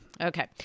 Okay